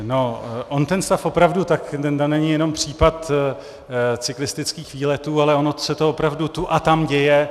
No, on ten stav opravdu tak to není jenom případ cyklistických výletů, ale ono se to opravdu tu a tam děje.